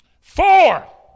Four